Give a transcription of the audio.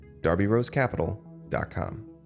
darbyrosecapital.com